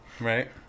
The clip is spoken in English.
Right